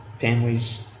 families